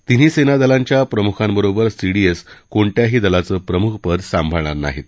तिन्ही सेनादलांच्या प्रमुखांबरोबर सीडीएस कोणत्याही दलाचं प्रमुखपद सांभाळणार नाहीत